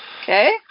okay